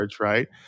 right